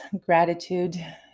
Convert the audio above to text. gratitude